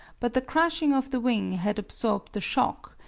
but the crushing of the wing had absorbed the shock,